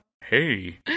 Hey